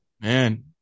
Man